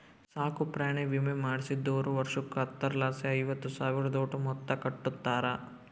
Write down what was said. ಸಾಕುಪ್ರಾಣಿ ವಿಮೆ ಮಾಡಿಸ್ದೋರು ವರ್ಷುಕ್ಕ ಹತ್ತರಲಾಸಿ ಐವತ್ತು ಸಾವ್ರುದೋಟು ಮೊತ್ತ ಕಟ್ಟುತಾರ